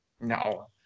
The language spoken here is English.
No